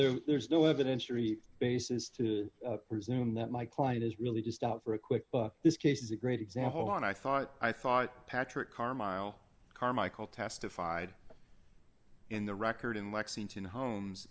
although there's no evidence or any basis to resume that my client is really just out for a quick buck this case is a great example and i thought i thought patrick carmyle carmichael testified in the record in lexington holmes